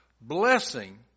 Blessing